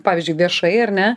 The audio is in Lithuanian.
pavyzdžiui viešai ar ne